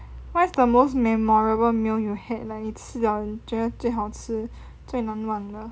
what is the most memorable meal you had like 你吃了你觉得最好吃最难忘的